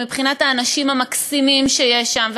ומבחינת האנשים המקסימים שיש שם,